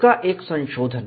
इसका एक संशोधन